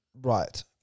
Right